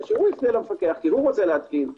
שהוא יפנה למפקח כי הוא רוצה להתקין.